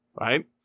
right